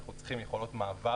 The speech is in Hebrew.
אנחנו צריכים יכולות מעבר